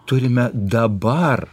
turime dabar